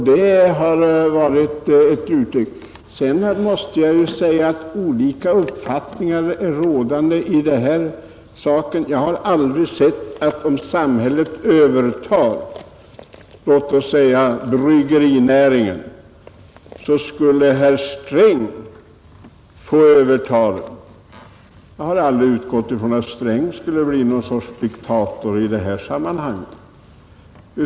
Sedan föreligger det nog olika uppfattningar i denna sak. Om samhället övertar bryggerinäringen kan jag inte förstå att det därmed är herr Sträng som övertar den. Jag har aldrig utgått från att herr Sträng skulle bli någon sorts diktator i detta sammanhang.